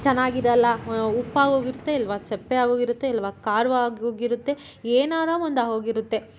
ಚೆನ್ನಾಗಿರಲ್ಲ ಉಪ್ಪಾಗೋಗಿರುತ್ತೆ ಇಲ್ಲವಾ ಸಪ್ಪೆ ಆಗೋಗಿರುತ್ತೆ ಇಲ್ಲವಾ ಖಾರವಾಗೋಗಿರುತ್ತೆ ಏನಾರು ಒಂದು ಆಗೋಗಿರುತ್ತೆ